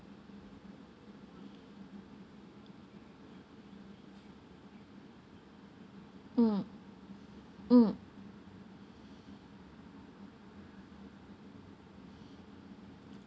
mm mm